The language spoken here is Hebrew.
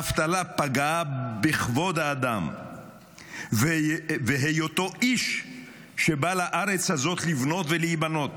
"האבטלה פגעה בכבוד האדם והיותו איש שבא לארץ הזאת לבנות ולהיבנות.